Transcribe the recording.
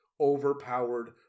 overpowered